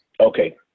Okay